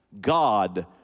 God